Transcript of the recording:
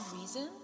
reasons